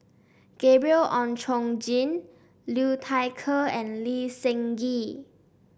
Gabriel Oon Chong Jin Liu Thai Ker and Lee Seng Gee